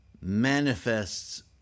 manifests